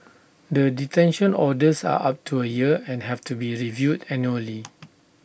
the detention orders are up to A year and have to be reviewed annually